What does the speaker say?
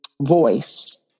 voice